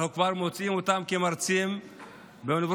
אנו כבר מוצאים אותם כמרצים באוניברסיטאות,